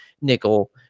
nickel